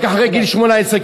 רק אחרי גיל 18,